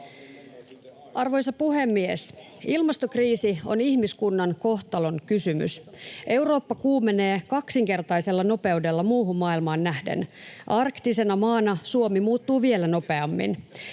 Arvoisa puhemies! Ilmastokriisi on ihmiskunnan kohtalonkysymys. Eurooppa kuumenee kaksinkertaisella nopeudella muuhun maailmaan nähden. Arktisena maana Suomi muuttuu vielä nopeammin.